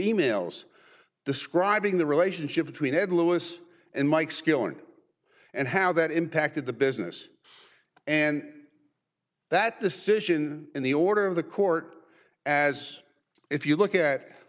e mails describing the relationship between head lois and mike skilling and how that impacted the business and that the situation in the order of the court as if you look at